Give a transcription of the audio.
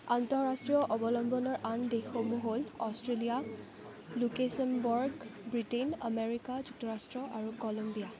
আন্তঃৰাষ্ট্ৰীয় অৱলম্বনৰ আন দেশসমূহ হ'ল অষ্ট্ৰেলিয়া লুকেছেমবৰ্গ ব্ৰিটেইন আমেৰিকা যুক্তৰাষ্ট্ৰ আৰু কলম্বিয়া